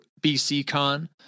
BCCon